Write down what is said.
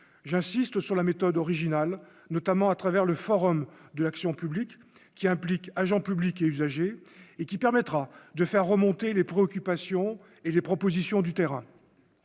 j'insiste sur la méthode originale, notamment à travers le forum de l'action publique qui implique agent public et usagers et qui permettra de faire remonter les préoccupations et les propositions du terrain,